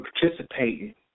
participating